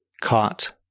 caught